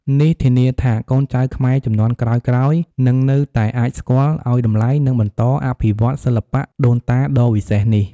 នេះធានាថាកូនចៅខ្មែរជំនាន់ក្រោយៗនឹងនៅតែអាចស្គាល់ ឱ្យតម្លៃ និងបន្តអភិវឌ្ឍសិល្បៈដូនតាដ៏វិសេសនេះ។